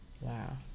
Wow